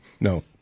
no